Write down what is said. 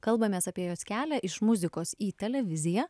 kalbamės apie jos kelią iš muzikos į televiziją